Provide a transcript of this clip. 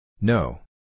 No